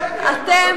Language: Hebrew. זה לא נכון.